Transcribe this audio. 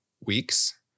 weeks